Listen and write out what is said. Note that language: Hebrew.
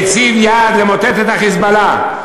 הציב יעד למוטט את ה"חיזבאללה",